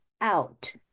out